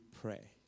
pray